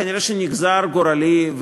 כנראה נגזר גורלי,